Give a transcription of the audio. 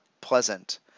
pleasant